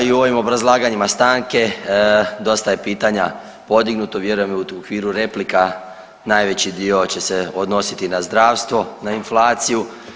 I u ovim obrazlaganjima stanke dosta je pitanja podignuto, vjerujem i u okviru replika najveći dio će se odnositi na zdravstvo, na inflaciju.